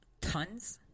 tons